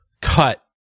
cut